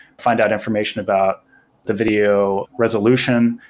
find out information about the video resolution,